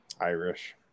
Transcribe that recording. Irish